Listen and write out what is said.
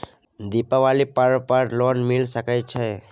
दीपावली पर्व पर लोन मिल सके छै?